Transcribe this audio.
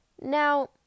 Now